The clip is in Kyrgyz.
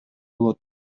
болот